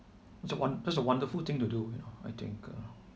that's a won~ that's a wonderful thing to do you know I think uh